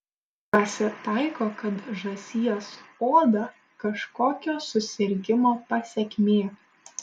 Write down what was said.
pasitaiko kad žąsies oda kažkokio susirgimo pasekmė